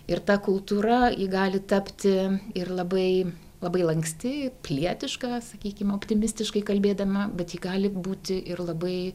ir ta kultūra ji gali tapti ir labai labai lanksti pilietiška sakykim optimistiškai kalbėdama bet ji gali būti ir labai